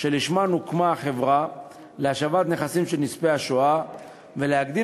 שלשמן הוקמה החברה להשבת נכסים של נספי השואה ולהגדיל